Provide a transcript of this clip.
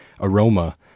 aroma